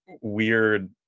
weird